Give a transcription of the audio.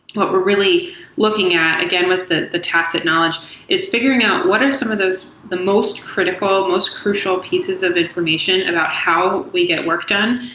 what we're really looking at again with the the tacit knowledge is figuring out what are some of the most critical, most crucial pieces of information about how we get work done.